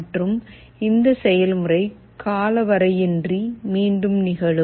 மற்றும் இந்த செயல்முறை காலவரையின்றி மீண்டும் நிகழும்